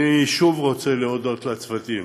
אני שוב רוצה להודות לצוותים.